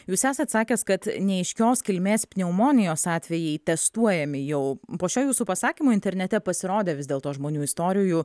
jūs esat sakęs kad neaiškios kilmės pneumonijos atvejai testuojami jau po šio jūsų pasakymo internete pasirodė vis dėlto žmonių istorijų